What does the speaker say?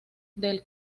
del